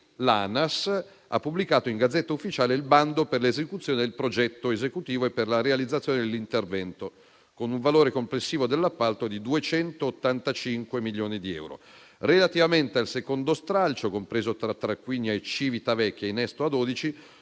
l'Anas ha pubblicato in *Gazzetta Ufficiale* il bando per l'esecuzione del progetto esecutivo e per la realizzazione dell'intervento, con un valore complessivo dell'appalto di 285 milioni di euro. Relativamente al secondo stralcio, compreso tra Tarquinia e Civitavecchia (innesto con